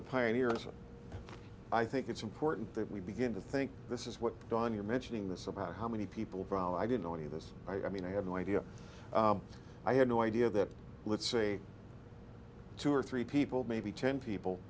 the pioneers i think it's important that we begin to think this is what dawn you're mentioning this about how many people i didn't know any of this i mean i have no idea i had no idea that let's say two or three people maybe ten people